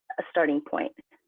a starting point.